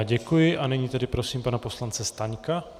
Děkuji a nyní prosím pana poslance Staňka.